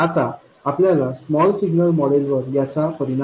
आता आपल्याला small signal मॉडेलवर याचा परिणाम